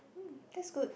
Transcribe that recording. mm that's good